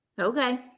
okay